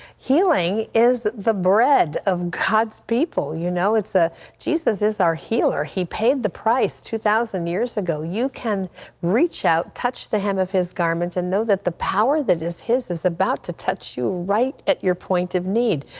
healing is the bread of god's people. you know ah jesus is our hero. he paid the price two thousand years ago. you can reach out, touch the hand of his garment and know that the power that is his is about to touch you right at your point of need.